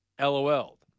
lol